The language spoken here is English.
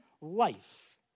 life